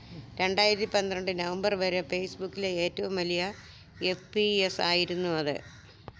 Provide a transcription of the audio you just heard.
രണ്ടായിരത്തി പന്ത്രണ്ട് നവംബർ വരെ ഫേസ്ബുക്കിലെ ഏറ്റവും വലിയ എഫ് പി എസ് ആയിരുന്നു അത്